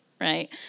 right